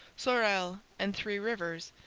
sorel, and three rivers,